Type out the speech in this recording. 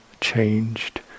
changed